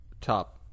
top